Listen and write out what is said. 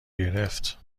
گرفت